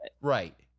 Right